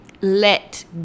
let